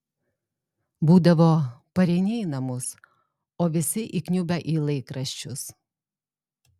būdavo pareini į namus o visi įkniubę į laikraščius